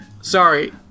Sorry